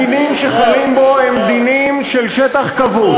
הדינים שחלים בו הם דינים של שטח כבוש.